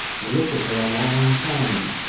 i looked at her a long time,